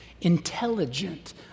intelligent